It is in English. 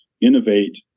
innovate